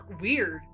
weird